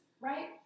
right